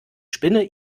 spinne